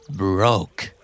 broke